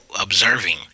observing